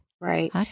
Right